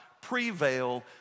prevail